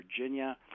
Virginia